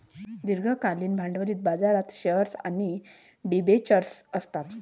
दीर्घकालीन भांडवली बाजारात शेअर्स आणि डिबेंचर्स असतात